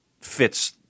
fits